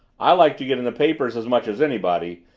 i like to get in the papers as much as anybody,